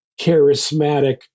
charismatic